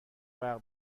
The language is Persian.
برق